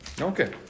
Okay